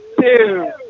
two